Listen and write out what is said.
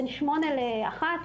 בין שמונה לאחת,